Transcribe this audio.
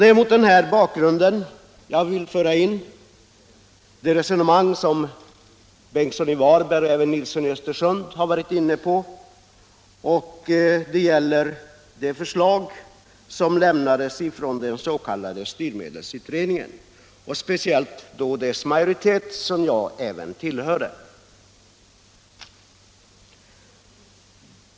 Det är mot den bakgrunden jag vill ta upp det resonemang som herr Ingemund Bengtsson i Varberg och även herr Nilsson i Östersund förde om det förslag som avgavs av den s.k. styrmedelsutredningen och speciellt av dess majoritet, som även jag tillhörde.